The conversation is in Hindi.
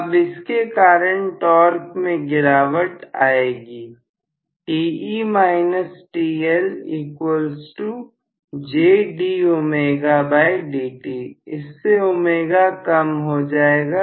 अब इसके कारण टॉर्क में गिरावट आएगी इससे ω कम हो जाएगा